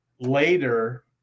later